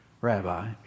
Rabbi